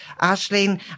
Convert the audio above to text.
Ashley